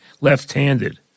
left-handed